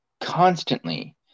constantly